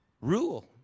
rule